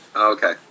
Okay